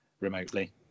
remotely